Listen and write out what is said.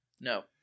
No